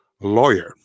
Lawyer